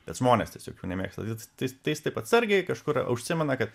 bet žmonės tiesiog jų nemėgsta vit tis tais taip atsargiai kažkur a užsimena kad